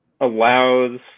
allows